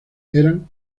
eran